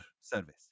service